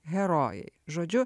herojai žodžiu